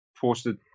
posted